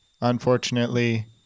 Unfortunately